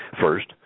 First